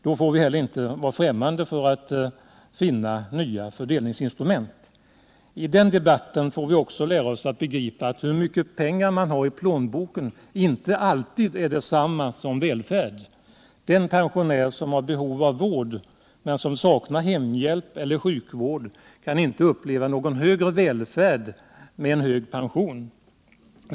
Då får vi inte heller vara — grundtrygghet främmande för att söka nya fördelningsinstrument. I den debatten får vi också lära oss begripa att mycket pengar i plånboken inte alltid är detsamma som välfärd. Den pensionär som har behov av vård men som saknar hemhjälp eller sjukvård kan inte uppleva någon större välfärd, trots att pensionen kanske är hög.